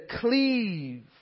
cleave